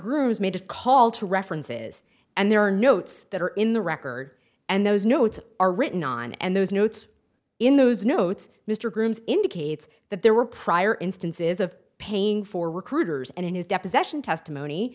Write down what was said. groos made a call to references and there are notes that are in the record and those notes are written on and those notes in those notes mr grooms indicates that there were prior instances of paying for recruiters and in his deposition testimony